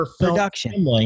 production